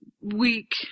weak